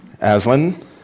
Aslan